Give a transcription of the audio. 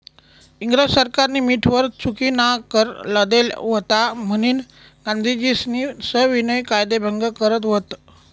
इंग्रज सरकारनी मीठवर चुकीनाकर लादेल व्हता म्हनीन गांधीजीस्नी सविनय कायदेभंग कर व्हत